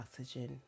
oxygen